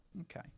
Okay